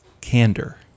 candor